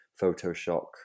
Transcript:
Photoshop